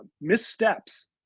Missteps